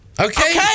Okay